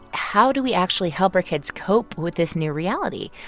how do we actually help our kids cope with this new reality?